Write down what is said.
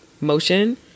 motion